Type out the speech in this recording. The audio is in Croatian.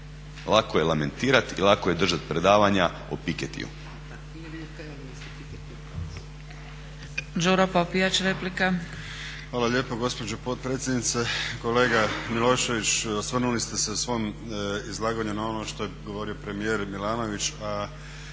Lako je lamentirati i lako je držati predavanja o